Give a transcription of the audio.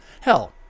Hell